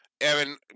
evan